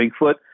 Bigfoot